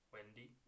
Wendy